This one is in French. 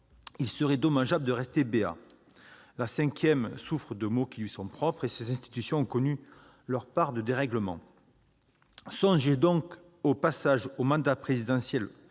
il serait dommageable de rester béat : la V République souffre de maux qui lui sont propres, et ses institutions ont connu leur part de dérèglements. Songez donc au passage du mandat présidentiel